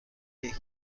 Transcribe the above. یکی